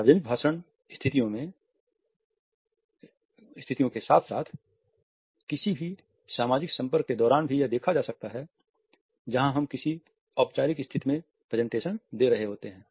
सार्वजनिक भाषण स्थितियों के साथ साथ किसी भी सामाजिक संपर्क के दौरान भी यह देखा जा सकता है जहां हम किसी औपचारिक स्थिति में प्रेजेंटेशन दे रहे होते है